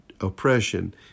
oppression